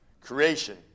Creation